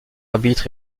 arbitres